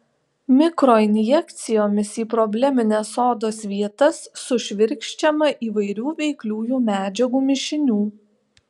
mikroinjekcijomis į problemines odos vietas sušvirkščiama įvairių veikliųjų medžiagų mišinių